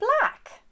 black